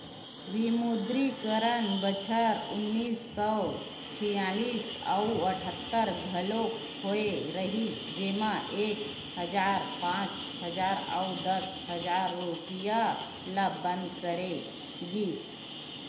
विमुद्रीकरन बछर उन्नीस सौ छियालिस अउ अठत्तर घलोक होय रिहिस जेमा एक हजार, पांच हजार अउ दस हजार रूपिया ल बंद करे गिस